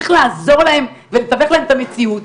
צריך לעזור להם, ולתווך להם את המציאות.